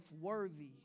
worthy